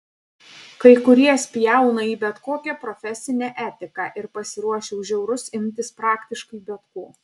kai kurie spjauna į bet kokią profesinę etiką ir pasiruošę už eurus imtis praktiškai bet ko